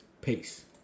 Peace